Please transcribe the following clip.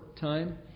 time